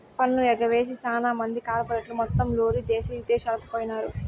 పన్ను ఎగవేసి సాన మంది కార్పెరేట్లు మొత్తం లూరీ జేసీ ఇదేశాలకు పోయినారు